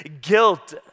guilt